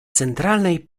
centralnej